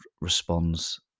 responds